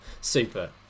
super